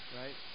right